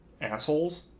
assholes